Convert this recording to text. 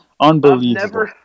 Unbelievable